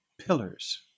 pillars